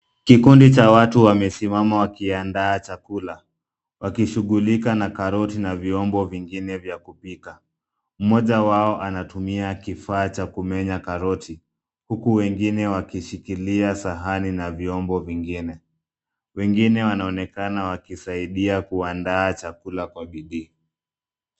Kikundi cha watu wamesimama wakiandaa chakula .Wakishughulika na karoti na vyombo vingine vya kupika. Mmoja wao anatumia kifaa cha kumenya karoti huku wengine wakishikilia sahani na vyombo vingine. Wengine wanaonekana wakisaidia kuandaa chakula kwa bidii.